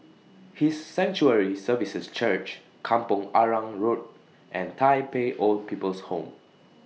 His Sanctuary Services Church Kampong Arang Road and Tai Pei Old People's Home